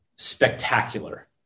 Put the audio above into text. Spectacular